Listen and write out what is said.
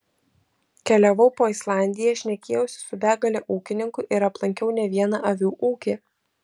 keliavau po islandiją šnekėjausi su begale ūkininkų ir aplankiau ne vieną avių ūkį